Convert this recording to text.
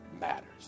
matters